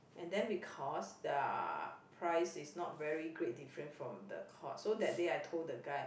and then because their price is not very great different from the Courts so that day I told the guy